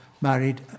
married